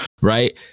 right